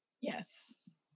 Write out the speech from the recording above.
Yes